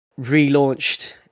relaunched